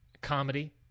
Comedy